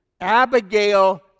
Abigail